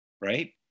right